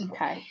Okay